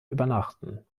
übernachten